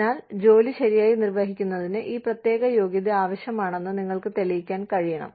അതിനാൽ ജോലി ശരിയായി നിർവഹിക്കുന്നതിന് ഈ പ്രത്യേക യോഗ്യത ആവശ്യമാണെന്ന് നിങ്ങൾക്ക് തെളിയിക്കാൻ കഴിയണം